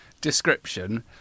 description